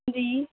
جی